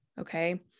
okay